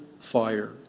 fire